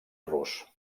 rus